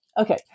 okay